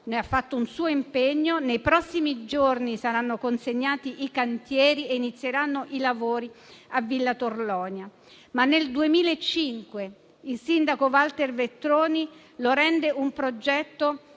ha fatto suo. Nei prossimi giorni saranno consegnati i cantieri e inizieranno i lavori a Villa Torlonia. Nel 2005 il sindaco Walter Veltroni lo rese un progetto